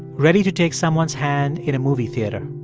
ready to take someone's hand in a movie theater.